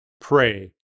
pray